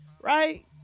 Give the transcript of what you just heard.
right